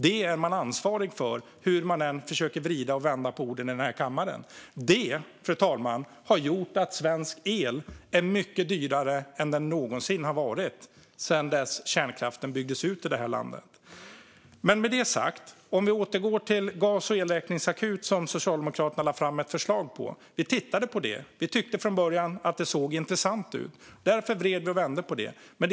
Det är man ansvarig för, hur man än försöker att vrida och vända på orden här i kammaren, och detta, fru talman, har gjort att svensk el är mycket dyrare än den någonsin har varit sedan kärnkraften byggdes ut här i landet. Med detta sagt, låt oss återgå till förslaget om gas och elräkningsakut från Socialdemokraterna. Vi tittade på förslaget eftersom vi från början tyckte att det såg intressant ut. Därför vred vi och vände på förslaget.